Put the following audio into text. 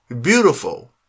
beautiful